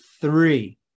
three